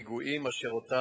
בפיגועים אשר,